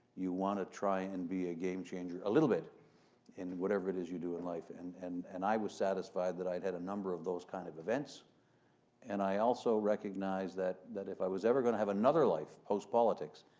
you want to try and be a game changer a little bit in whatever it is you do in life and and and i was satisfied that i'd had a number of those kind of events and i also recognized that that if i was ever going to have another life post-politics,